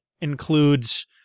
includes